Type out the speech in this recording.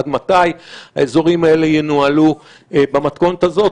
עד מתי האזורים האלה ינוהלו במתכונת הזאת,